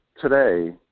today